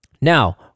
now